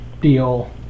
deal